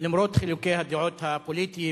למרות חילוקי הדעות הפוליטיים,